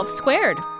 squared